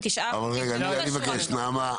לא, אני מבקש נעמה.